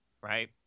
right